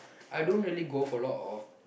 I don't really go for a lot of